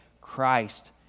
Christ